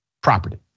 property